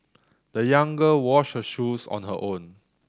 the young girl washed her shoes on her own